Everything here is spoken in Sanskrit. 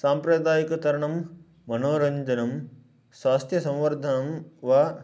साम्प्रदायिकतरणं मनोरञ्जनं स्वास्थ्यसंवर्धनं वा